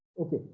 Okay